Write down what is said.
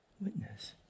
Witness